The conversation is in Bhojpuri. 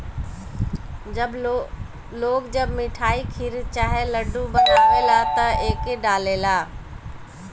लोग जब मिठाई, खीर चाहे लड्डू बनावेला त एके डालेला